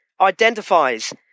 identifies